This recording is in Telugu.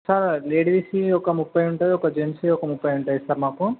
సార్ లేడీస్వి ఒక ముప్ఫై ఉంటాయి ఒక జెంట్స్వి ఒక ముప్ఫై ఉంటాయి సార్ మాకు